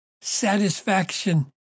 satisfaction